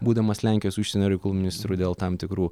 būdamas lenkijos užsienio reikalų ministru dėl tam tikrų